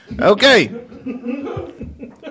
Okay